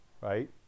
right